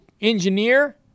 engineer